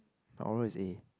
my oral is A